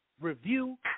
review